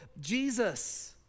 Jesus